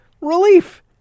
relief